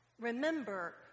remember